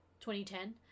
2010